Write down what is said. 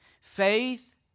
Faith